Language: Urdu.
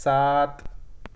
سات